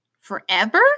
Forever